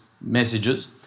messages